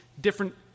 different